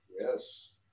Yes